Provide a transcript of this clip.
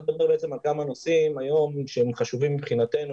אנחנו מדברים על כמה נושאים שהם חשובים מבחינתנו,